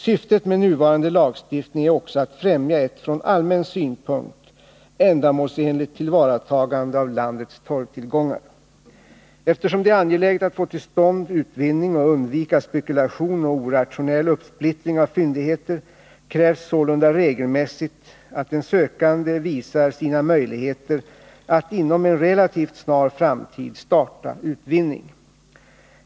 Syftet med nuvarande lagstiftning är också att främja ett från allmän synpunkt ändamålsenligt tillvaratagande av landets torvtillgångar. Eftersom det är angeläget att få till stånd utvinning och undvika spekulation och orationell uppsplittring av fyndigheter krävs sålunda regelmässigt att en sökande visar sina möjligheter att inom en relativt snar framtid starta utvinning.